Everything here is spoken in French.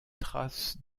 trace